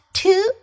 two